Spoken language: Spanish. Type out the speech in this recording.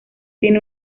tiene